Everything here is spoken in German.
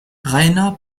rainer